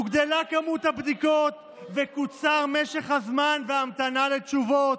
הוגדלה כמות הבדיקות וקוצר משך ההמתנה לתשובות,